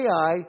Ai